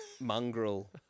mongrel